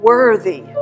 Worthy